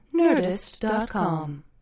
Nerdist.com